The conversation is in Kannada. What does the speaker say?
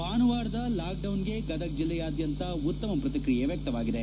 ಭಾನುವಾರದ ಲಾಕ್ ಡೌನ್ಗೆ ಗದಗ ಜಿಲ್ಲಾದ್ಧಂತ ಉತ್ತಮ ಪ್ರಕ್ರಿಯೆ ವ್ಯಕ್ತವಾಗಿದೆ